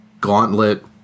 Gauntlet